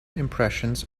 impressions